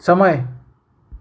સમય